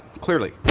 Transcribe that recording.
clearly